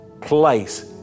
place